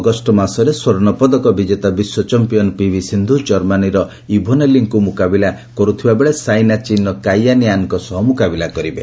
August ମାସରେ ସ୍ୱର୍ଷ୍ଣ ପଦକ ବିଜେତା ବିଶ୍ୱ ଚମ୍ପିୟାନ୍ ପିଭି ସିନ୍ଧୁ ଜର୍ମାନୀର ଇଭୋନେ ଲିଙ୍କୁ ମୁକାବିଲା କରୁଥିବା ବେଳେ ସାଇନା ଚୀନ୍ର କାଇ ୟାନ୍ ୟାନ୍ଙ୍କ ସହ ମୁକାବିଲା କରିବେ